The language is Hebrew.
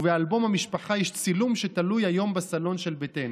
ובאלבום המשפחה יש צילום שתלוי היום בסלון של ביתנו.